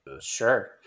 sure